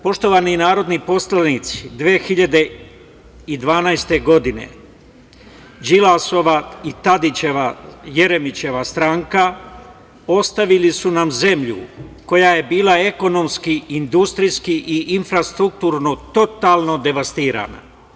Poštovani narodni poslanici, 2012. godine Đilasova, Tadićeva i Jeremićeva stranka ostavili su nam zemlju koja je bila ekonomski, industrijski i infrastrukturno totalno devastirana.